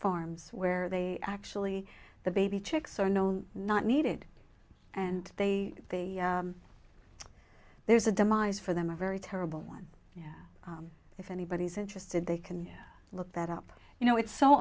farms where they actually the baby chicks are known not needed and they there's a demise for them a very terrible one yeah if anybody's interested they can look that up you know it's so